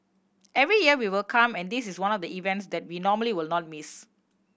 every year we will come and this is one of the events that we normally will not miss